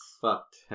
fucked